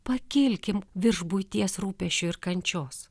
pakilkim virš buities rūpesčių ir kančios